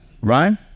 Right